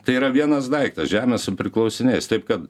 tai yra vienas daiktas žemė su priklausiniais taip kad